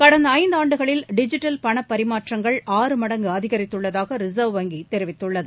கடந்த இந்தாண்டுகளில் டிஜிட்டல் பண பரிமாற்றங்கள் ஆறு மடங்கு அதிகரித்துள்ளதாக ரிசர்வ் வங்கி தெரிவித்துள்ளது